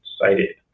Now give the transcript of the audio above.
cited